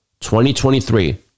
2023